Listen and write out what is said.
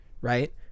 right